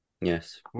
Yes